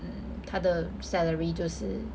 他的 salary 就是